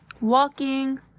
walking